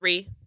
Three